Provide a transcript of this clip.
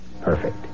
perfect